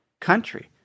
country